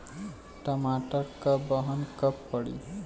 टमाटर क बहन कब पड़ी?